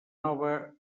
nova